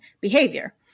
behavior